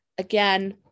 Again